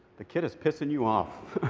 the kid is pissing you off.